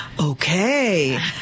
okay